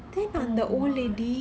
oh my